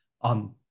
on